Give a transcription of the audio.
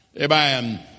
Amen